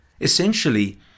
Essentially